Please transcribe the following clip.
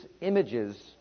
images